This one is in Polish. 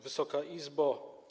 Wysoka Izbo!